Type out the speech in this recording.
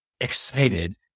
excited